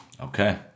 Okay